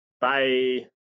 Bye